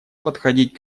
подходить